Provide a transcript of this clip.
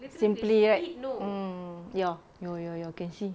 simply right mm ya ya ya ya can see